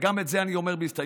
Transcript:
וגם את זה אני אומר בהסתייגות,